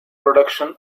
production